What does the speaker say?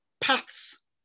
paths